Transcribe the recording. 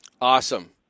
awesome